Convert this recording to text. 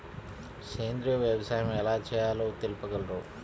సేంద్రీయ వ్యవసాయం ఎలా చేయాలో తెలుపగలరు?